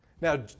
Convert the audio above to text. Now